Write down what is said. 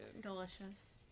Delicious